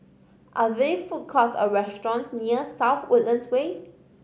are there food courts or restaurants near South Woodlands Way